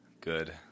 good